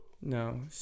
no